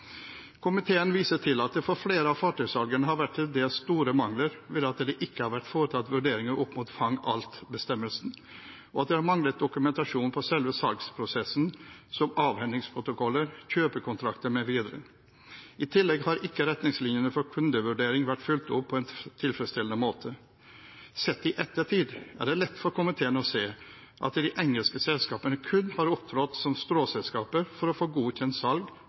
Komiteen viser til at det for flere av fartøysalgene har vært til dels store mangler ved at det ikke har vært foretatt vurderinger opp mot «fang alt»-bestemmelsen, og at det har manglet dokumentasjon på selve salgsprosessen som avhendingsprotokoller, kjøpekontrakter mv. I tillegg har ikke retningslinjene for kundevurdering vært fulgt opp på en tilfredsstillende måte. I ettertid er det lett for komiteen å se at de engelske selskapene kun har opptrådt som stråselskaper for å få godkjent salg